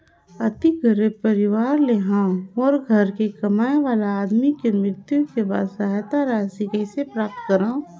अति गरीब परवार ले हवं मोर घर के कमाने वाला आदमी के मृत्यु के बाद सहायता राशि कइसे प्राप्त करव?